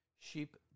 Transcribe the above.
Sheep